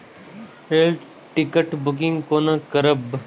Rail ticket booking कोना करब?